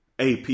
AP